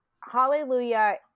Hallelujah